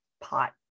pot